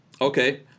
Okay